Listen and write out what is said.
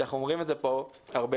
שאנחנו אומרים את זה פה הרבה,